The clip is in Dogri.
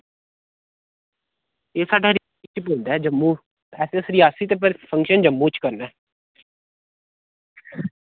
एह् साढ़ा च पौंदा ऐ जम्मू है ते अस रेआसी दे पर फंक्शन जम्मू च करना ऐ